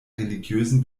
religiösen